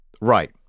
Right